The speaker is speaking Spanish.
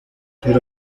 pero